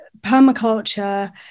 permaculture